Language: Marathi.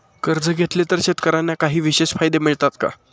कर्ज घेतले तर शेतकऱ्यांना काही विशेष फायदे मिळतात का?